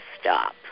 stop